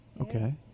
Okay